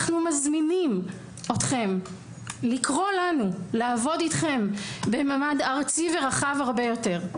אנחנו מזמינים אתכם לקרוא לנו לעבוד איתכם בממד ארצי ורחב הרבה יותר.